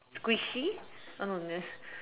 squishy oh no no